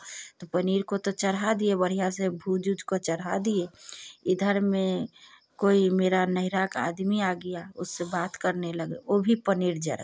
पनीर को चढ़ा दिए बढ़िया से भूज उज कर चढ़ा दिए इधर में कोई मेरा नैहरा का आदमी आ गया उससे बात करने लगे वह भी पनीर जल गया